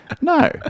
No